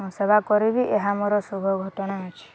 ସେବା କରିବି ଏହା ମୋର ଶୁଭ ଘଟଣା ଅଛି